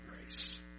grace